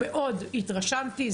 ומאוד התרשמתי.